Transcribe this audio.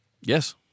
Yes